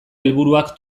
helburuak